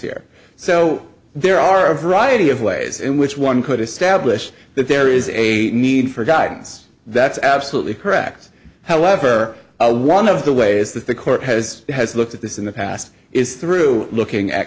here so there are a variety of ways in which one could establish that there is a need for guidance that's absolutely correct however one of the ways that the court has has looked at this in the past is through looking at